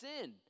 sin